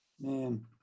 Man